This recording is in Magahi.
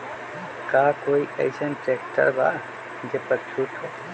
का कोइ अईसन ट्रैक्टर बा जे पर छूट हो?